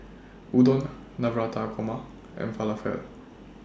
Udon Navratan Korma and Falafel